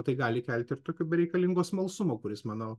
tai gali kelti ir tokio bereikalingo smalsumo kuris manau